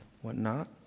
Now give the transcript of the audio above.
whatnot